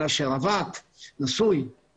מגיע לך.